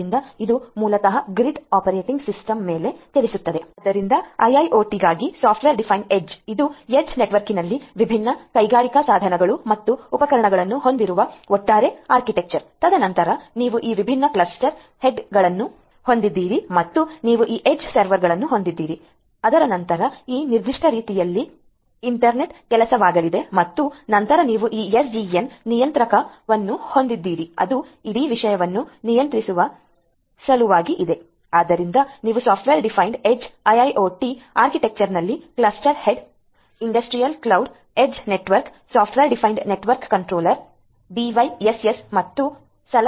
ಆದ್ದರಿಂದ ಇದು ಮೂಲತಃ ಗ್ರಿಡ್ ಆಪರೇಟಿಂಗ್ ಸಿಸ್ಟಮ್ ಮೇಲೆ ಚಲಿಸುತ್ತದೆ